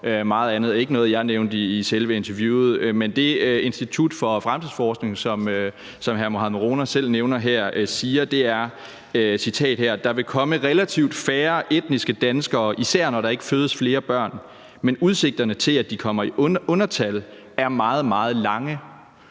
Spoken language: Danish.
det var ikke noget, jeg nævnte i selve interviewet. Men det, Instituttet for Fremtidsforskning, som hr. Mohammad Rona selv nævner her, siger, er, og jeg citerer: Der vil komme relativt færre etniske danskere, især når der ikke fødes flere børn, men udsigterne til, at de kommer i undertal, er meget, meget lange.